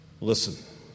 Listen